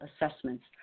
assessments